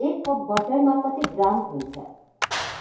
एक कप बटरमा कति ग्राम हुन्छ